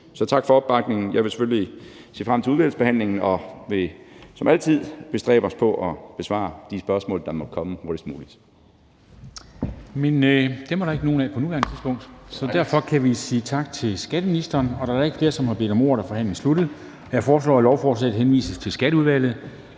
Så tak for opbakningen. Jeg vil selvfølgelig se frem til udvalgsbehandlingen, og vi vil som altid bestræbe os på at besvare de spørgsmål, der måtte komme, hurtigst muligt.